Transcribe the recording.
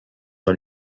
are